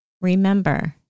Remember